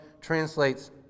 translates